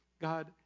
God